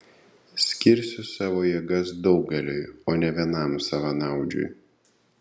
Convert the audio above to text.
skirsiu savo jėgas daugeliui o ne vienam savanaudžiui